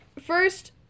first